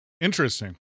interesting